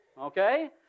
Okay